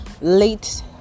late